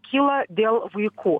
kyla dėl vaikų